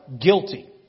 guilty